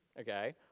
okay